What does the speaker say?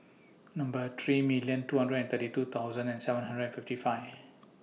three million two hundred and thirty two thousand and seven hundred and fifty five